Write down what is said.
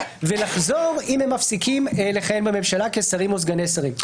ולחזור אם הם מפסיקים לכהן בממשלה כשרים או כסגני שרים.